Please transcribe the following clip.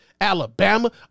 Alabama